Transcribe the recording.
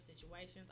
situations